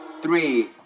three